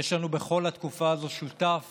שיש לנו בכל התקופה הזו שותף